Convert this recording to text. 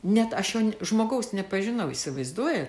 net aš jo žmogaus nepažinau įsivaizduojat